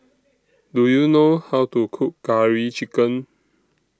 Do YOU know How to Cook Curry Chicken